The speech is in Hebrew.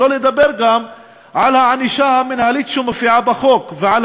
שלא לדבר גם על הענישה המינהלית שמופיעה בחוק ועל